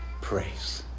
praise